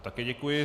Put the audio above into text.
Také děkuji.